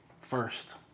first